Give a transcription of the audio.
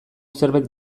zerbait